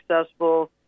successful